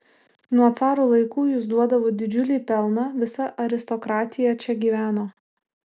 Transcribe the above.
nuo caro laikų jis duodavo didžiulį pelną visa aristokratija čia gyveno